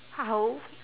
how